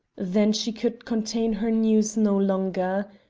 then she could contain her news no longer.